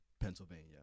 Pennsylvania